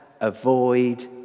avoid